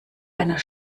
einer